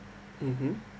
(uh huh)